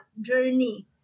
journey